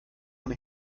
kann